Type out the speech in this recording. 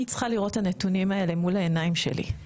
אני צריכה לראות את הנתונים האלה מול העיניים שלי.